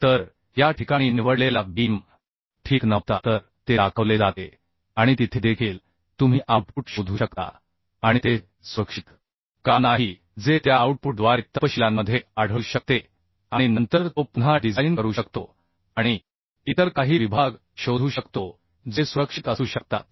तर या ठिकाणी निवडलेला बीम ठीक नव्हता तर ते दाखवले जाते आणि तिथे देखील तुम्ही आउटपुट शोधू शकता आणि ते सुरक्षित का नाही जे त्या आउटपुटद्वारे तपशीलांमध्ये आढळू शकते आणि नंतर तो पुन्हा डिझाइन करू शकतो आणि इतर काही विभाग शोधू शकतो जे सुरक्षित असू शकतात